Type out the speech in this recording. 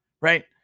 right